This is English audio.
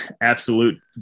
absolute